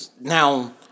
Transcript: Now